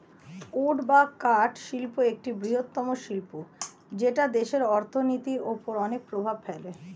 would বা কাঠ শিল্প একটি বৃহত্তম শিল্প যেটা দেশের অর্থনীতির ওপর অনেক প্রভাব ফেলে